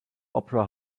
opera